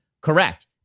correct